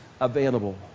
available